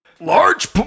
large